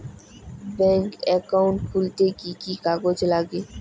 Bank account খুলতে কি কি কাগজ লাগে?